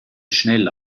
schnell